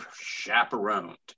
chaperoned